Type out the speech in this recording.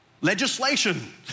legislation